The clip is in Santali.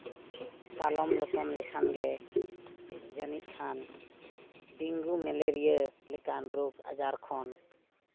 ᱥᱚᱞᱚᱢ ᱞᱚᱴᱚᱢ ᱞᱮᱠᱷᱟᱱᱜᱮ ᱡᱟᱹᱱᱤᱡ ᱠᱷᱟᱱ ᱰᱮᱝᱜᱩ ᱢᱮᱞᱮᱨᱤᱭᱟ ᱞᱮᱠᱟᱱ ᱨᱳᱜᱽ ᱟᱡᱟᱨ ᱠᱷᱚᱱ